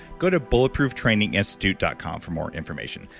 go to bulletprooftraininginstitute dot com for more information.